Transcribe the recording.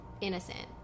innocent